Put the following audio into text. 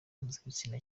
mpuzabitsina